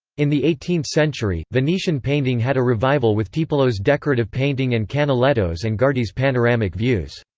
in the eighteenth century, venetian painting had a revival with tiepolo's decorative painting and canaletto's and guardi's panoramic views.